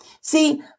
See